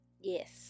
Yes